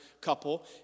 couple